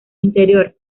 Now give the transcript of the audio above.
interior